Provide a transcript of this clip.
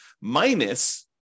minus